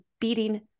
beating